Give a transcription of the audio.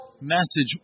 message